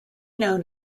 known